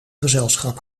gezelschap